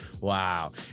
Wow